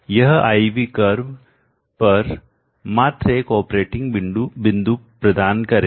यह I V curve पर मात्र एक ऑपरेटिंग बिंदु प्रदान करेगा